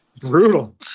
brutal